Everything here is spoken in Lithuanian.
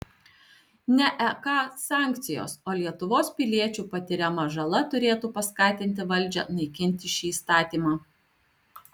ne ek sankcijos o lietuvos piliečių patiriama žala turėtų paskatinti valdžią naikinti šį įstatymą